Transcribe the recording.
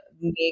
make